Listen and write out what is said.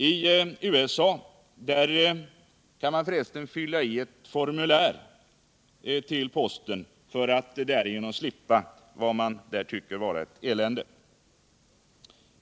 I USA kan man för resten fylla i ett formulär och lämna in till posten för att därigenom slippa —- som man uppfattar det — detta elände.